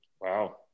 Wow